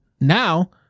Now